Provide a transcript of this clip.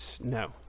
No